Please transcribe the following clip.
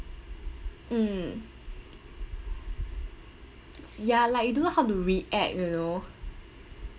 mm ya like you don't know how to react you know